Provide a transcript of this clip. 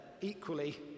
equally